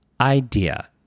idea